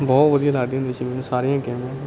ਬਹੁਤ ਵਧੀਆ ਲੱਗਦੀਆਂ ਹੁੰਦੀਆਂ ਸੀ ਮੈਨੂੰ ਸਾਰੀਆਂ ਗੇਮਾਂ